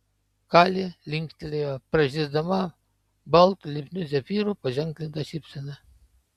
kali linktelėjo pražysdama baltu lipniu zefyru paženklinta šypsena